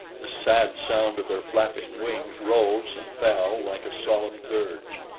the sad sound of their flapping wings rose and fell like a solemn dirge.